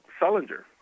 Sullinger